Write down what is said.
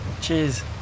Cheers